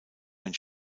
ein